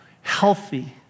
healthy